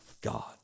God